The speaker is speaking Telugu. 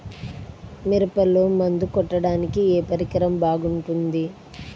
మిరపలో మందు కొట్టాడానికి ఏ పరికరం బాగుంటుంది?